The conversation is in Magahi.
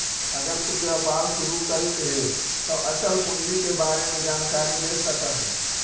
अगर तु व्यापार शुरू करित हे त अचल पूंजी के बारे में जानकारी ले सकऽ हे